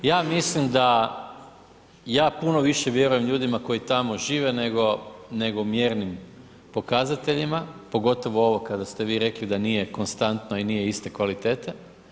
Ja mislim da ja puno više vjerujem ljudima koji tamo žive nego mjernim pokazateljima, pogotovo ovo kada ste vi rekli da nije konstantno i nije iste kvalitete.